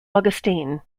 augustine